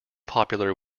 popular